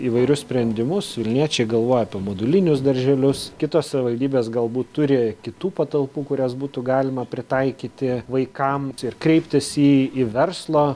įvairius sprendimus vilniečiai galvoja apie modulinius darželius kitos savivaldybės galbūt turi kitų patalpų kurias būtų galima pritaikyti vaikams ir kreiptis į į verslo